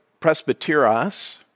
presbyteros